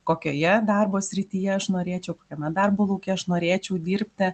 kokioje darbo srityje aš norėčiau kokiame darbo lauke aš norėčiau dirbti